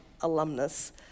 alumnus